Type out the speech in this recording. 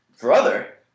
Brother